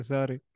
Sorry